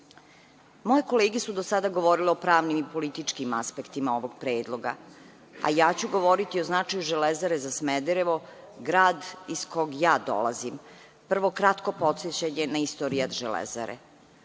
kolege su do sada govorile o pravnim i političkim aspektima ovog predloga, a ja ću govoriti o značaju „Železare“ za Smederevo, grad iz kog ja dolazim. Prvo kratko podsećanje na istorijat Železare.